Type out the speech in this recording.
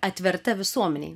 atverta visuomenei